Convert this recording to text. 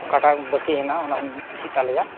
ᱚᱠᱟᱴᱟᱜ ᱵᱟᱠᱤ ᱦᱮᱱᱟᱜ ᱚᱱᱟᱢ ᱪᱮᱫ ᱟᱞᱮᱭᱟ